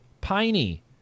Piney